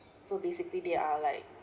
so basically they are like